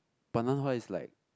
but nan hua is like